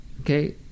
Okay